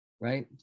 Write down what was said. right